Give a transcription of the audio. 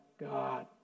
God